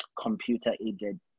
computer-aided